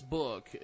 book